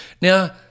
now